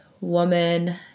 woman